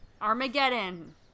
Armageddon